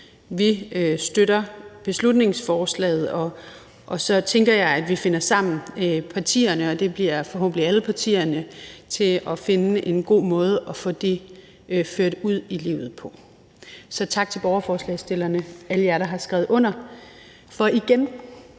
Vi støtter beslutningsforslaget. Og så tænker jeg, at partierne finder sammen, og det bliver forhåbentlig alle partierne, om at finde en god måde at få det ført ud i livet på. Så tak til borgerforslagsstillerne, alle jer, der har skrevet under, for igen